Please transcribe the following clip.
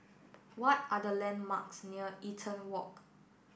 what are the landmarks near Eaton Walk